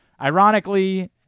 Ironically